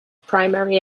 primary